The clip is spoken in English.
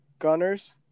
Gunners